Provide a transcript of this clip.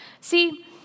See